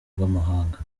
rw’amahanga